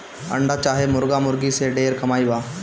अंडा चाहे मुर्गा मुर्गी से ढेर कमाई बा